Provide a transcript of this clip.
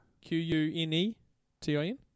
Q-U-N-E-T-I-N